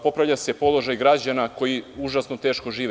Popravlja se položaj građana koji užasno teško žive.